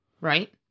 right